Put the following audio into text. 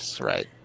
right